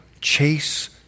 chase